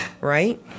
Right